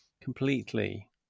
completely